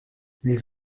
les